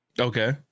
okay